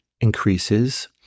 increases